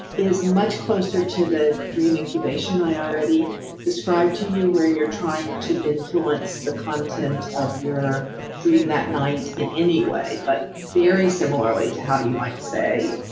is much closer to the dream incubation i already described to you, where you're trying to influence the content of your dream that night in any way, but very similarly to how you might say,